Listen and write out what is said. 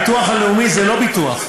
הביטוח הלאומי זה לא ביטוח.